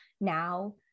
now